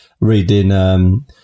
reading